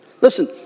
Listen